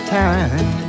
time